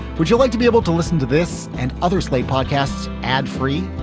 would you like to be able to listen to this and other slate podcasts? ad free?